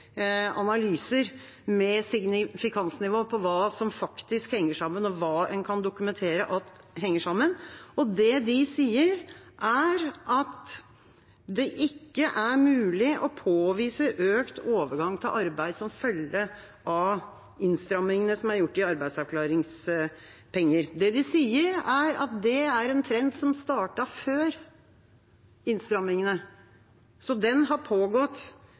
henger sammen, og hva en kan dokumentere at henger sammen. Det de sier, er at det ikke er mulig å påvise økt overgang til arbeid som følge av innstramningene som er gjort i arbeidsavklaringspenger. Det de sier, er at det er en trend som startet før innstramningene, så den har pågått